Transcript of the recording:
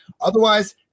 otherwise